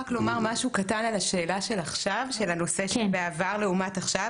אני רק אציין לגבי השאלה בנוגע לעבר לעומת עכשיו